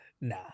Nah